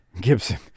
Gibson